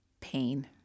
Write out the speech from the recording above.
pain